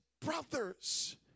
brothers